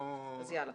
כן.